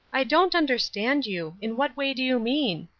i don't understand you in what way do you mean?